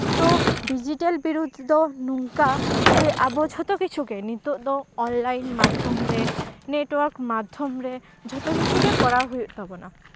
ᱛᱚ ᱰᱤᱡᱤᱴᱮᱞ ᱵᱤᱨᱩᱫ ᱫᱚ ᱱᱚᱝᱠᱟ ᱡᱮ ᱟᱵᱚ ᱡᱷᱚᱛᱚ ᱠᱤᱪᱷᱩ ᱱᱤᱛᱚᱜ ᱫᱚ ᱚᱱᱞᱟᱭᱤᱱ ᱢᱟᱫᱽᱫᱷᱚᱢ ᱨᱮ ᱱᱮᱴᱳᱣᱟᱨᱠ ᱢᱟᱫᱽᱫᱷᱚᱢ ᱨᱮ ᱡᱷᱚᱛᱚ ᱠᱤᱪᱷᱩ ᱜᱮ ᱠᱚᱨᱟᱣ ᱦᱩᱭᱩᱜ ᱛᱟᱵᱳᱱᱟ